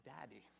daddy